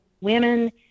women